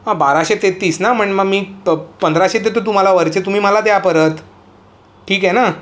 हं बाराशे तेहत्तीस ना म्हण मग मी पंधराशे देतो तुम्हाला वरचे तुम्ही मला द्या परत ठीक आहे ना